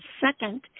second